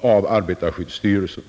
av arbetarskyddsstyrelsen.